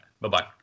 Bye-bye